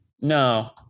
no